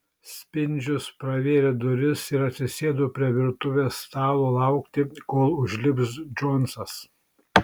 spindžius pravėrė duris ir atsisėdo prie virtuvės stalo laukti kol užlips džonsas